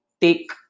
take